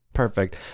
Perfect